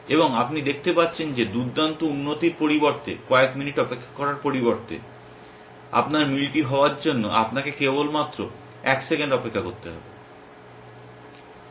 এবং আপনি দেখতে পাচ্ছেন যে দুর্দান্ত উন্নতির পরিবর্তে কয়েক মিনিট অপেক্ষা করার পরিবর্তে আপনার মিলটি হওয়ার জন্য আপনাকে কেবলমাত্র এক সেকেন্ড অপেক্ষা করতে হতে পারে